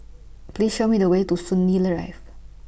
Please Show Me The Way to Soon Lee Rive